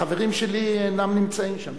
החברים שלי אינם נמצאים שם.